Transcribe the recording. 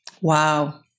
Wow